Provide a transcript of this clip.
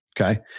Okay